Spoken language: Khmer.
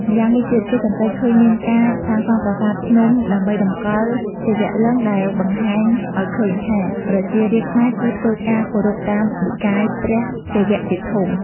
ម្យ៉ាងវិញទៀតគេសង្កេត ឃើញមានការសាងសង់ប្រាសាទភ្នំដើម្បីដំកល់សីវលឹង្គ ដែលបង្ហាញអោយឃើញថា ប្រជារាស្រ្តខ្មែរគឺធ្វើការ គោរពតាមនិកាយព្រះសិវៈជាធំ។